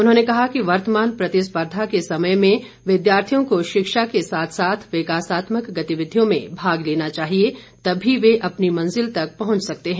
उन्होंने कहा कि वर्तमान प्रतिस्पर्धा के समय में विद्यार्थियों को शिक्षा के साथ साथ विकासात्मक गतिविधियों में भाग लेना चाहिए तभी वे अपनी मंजिल तक पहुंच सकते हैं